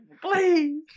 please